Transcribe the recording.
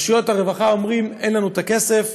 רשויות הרווחה אומרות: אין לנו את הכסף,